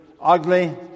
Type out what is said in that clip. ugly